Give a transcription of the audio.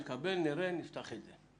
נקבל, נראה, נפתח את זה.